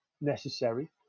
necessary